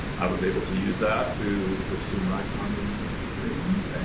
i was able to use that to pursue my farming dreams and.